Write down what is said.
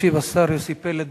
ישיב השר יוסי פלד.